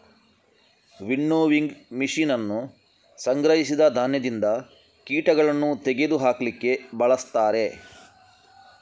winnowing machine ಅನ್ನು ಸಂಗ್ರಹಿಸಿದ ಧಾನ್ಯದಿಂದ ಕೀಟಗಳನ್ನು ತೆಗೆದು ಹಾಕ್ಲಿಕ್ಕೆ ಬಳಸ್ತಾರೆ